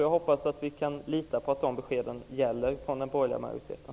Jag hoppas att vi kan lita på att de beskeden gäller för den borgerliga majoriteten.